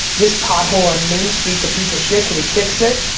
this pot hole on main street is a piece of shit, can we fix it?